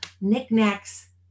knickknacks